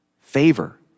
favor